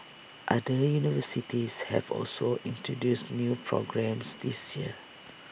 other universities have also introduced new programmes this year